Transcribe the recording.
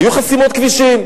היו חסימות כבישים.